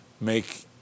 make